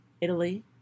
Italy